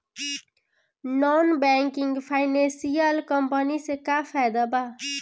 Non banking financial company से का फायदा बा?